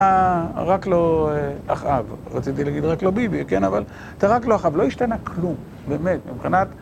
הייתה רק לא אחאב, רציתי להגיד רק לא ביבי, כן, אבל רק לא אחאב, לא השתנה כלום, באמת, מבחינת...